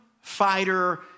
fighter